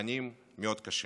לזמנים מאוד קשים.